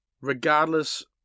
regardless